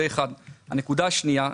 הנקודה השנייה.